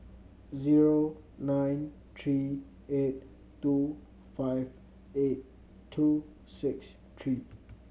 zero nine three eight two five eight two six three